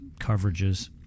coverages